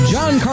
John